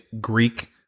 Greek